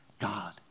God